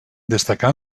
destacà